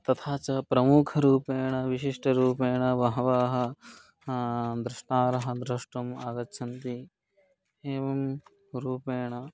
तथा च प्रमुखरूपेण विशिष्टरूपेण बहवः द्रष्टारः द्रष्टुम् आगच्छन्ति एवं रूपेण